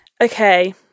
okay